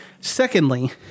secondly